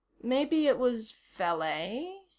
maybe it was valet.